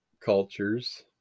cultures